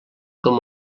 com